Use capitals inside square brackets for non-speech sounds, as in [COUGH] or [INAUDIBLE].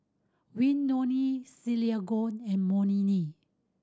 Willodean Sergio and [UNINTELLIGIBLE]